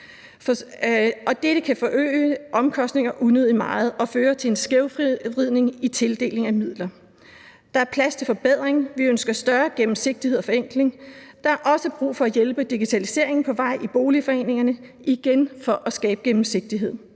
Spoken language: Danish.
dette kan forøge omkostninger unødigt meget og føre til en skævvridning i tildelingen af midler. Der er plads til forbedring. Vi ønsker større gennemsigtighed og forenkling. Der er også brug for at hjælpe digitaliseringen på vej i boligforeningerne, igen for at skabe gennemsigtighed,